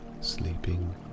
sleeping